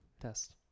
test